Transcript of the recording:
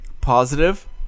Positive